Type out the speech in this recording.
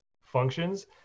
functions